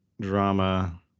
drama